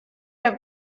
have